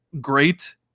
great